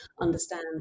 understand